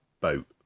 boat